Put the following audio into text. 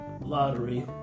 lottery